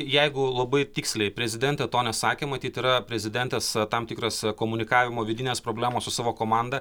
jeigu labai tiksliai prezidentė to nesakė matyt yra prezidentės tam tikras komunikavimo vidinės problemos su savo komanda